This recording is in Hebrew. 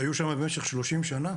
שהיו שם במשך 30 שנה?